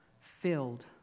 filled